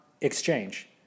exchange